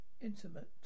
intimate